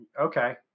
Okay